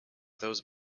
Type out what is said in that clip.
those